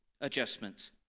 adjustments